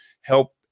help